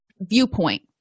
Viewpoint